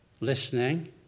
listening